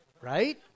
right